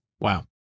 Wow